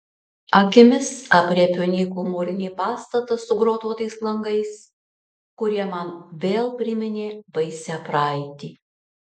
akimis aprėpiu nykų mūrinį pastatą su grotuotais langais kurie man vėl priminė baisią praeitį